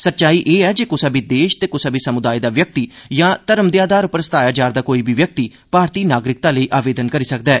सच्चाई एह ऐ जे कुसा बी देश ते कुसा बी समुदाय दा व्यक्ति यां घर्म दे आधार पर सताया जा रदा कोई बी व्यक्ति भारती नागरिकता लेई आवेदन करी सकदा ऐ